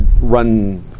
run